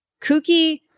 kooky